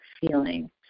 feeling